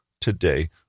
today